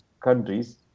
countries